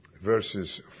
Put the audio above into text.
Verses